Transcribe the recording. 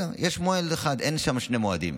יש מועד אחד, אין שם שני מועדים.